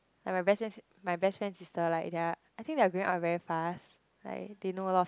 like my best friend my best friend sister like they are I think they are growing up very fast like they know a lot